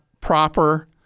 proper